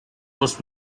was